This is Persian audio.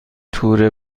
تور